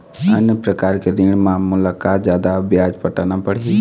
अन्य प्रकार के ऋण म मोला का जादा ब्याज पटाना पड़ही?